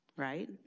Right